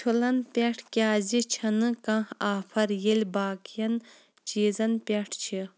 ٹھُلن پٮ۪ٹھ کیٛازِ چھَنہٕ کانٛہہ آفر ییٚلہِ باقِیَن چیٖزَن پٮ۪ٹھ چھِ